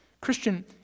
Christian